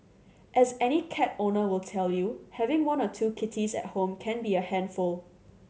as any cat owner will tell you having one or two kitties at home can be a handful